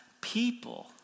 people